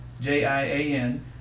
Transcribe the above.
J-I-A-N